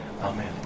amen